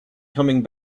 coming